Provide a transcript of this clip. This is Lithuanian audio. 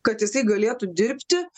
kad jisai galėtų dirbti